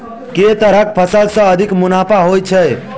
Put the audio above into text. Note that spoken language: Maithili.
केँ तरहक फसल सऽ अधिक मुनाफा होइ छै?